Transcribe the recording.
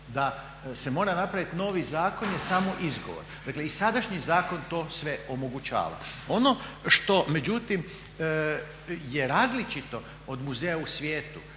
da se mora napraviti novi zakon je samo izgovor. Dakle i sadašnji zakon to sve omogućava. Ono što međutim, je različito od muzeja u svijetu